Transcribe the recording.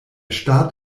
start